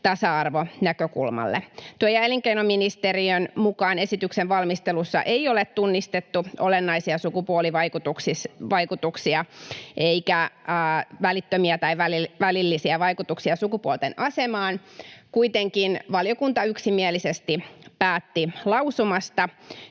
tasa-arvonäkökulmalle. Työ- ja elinkeinoministeriön mukaan esityksen valmistelussa ei ole tunnistettu olennaisia sukupuolivaikutuksia eikä välittömiä tai välillisiä vaikutuksia sukupuolten asemaan. Kuitenkin valiokunta yksimielisesti päätti lausumasta,